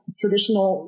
traditional